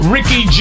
Ricky